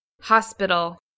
Hospital